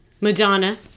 Madonna